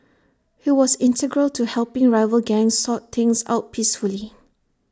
he was integral to helping rival gangs sort things out peacefully